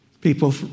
People